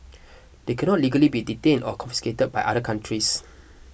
they cannot legally be detained or confiscated by other countries